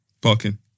Parking